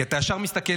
כי אתה ישר מסתכל,